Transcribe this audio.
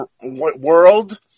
world